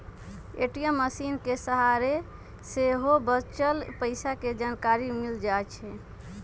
ATM मशीनके सहारे सेहो बच्चल पइसा के जानकारी मिल जाइ छइ